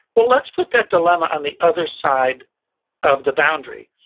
well, let's put that dilemma on the other side of the boundary,